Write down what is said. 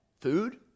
food